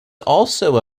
also